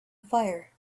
fire